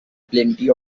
plenty